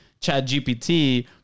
ChatGPT